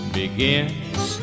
begins